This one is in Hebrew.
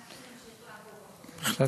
נמשיך לעקוב אחרי זה.